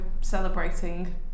celebrating